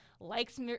likes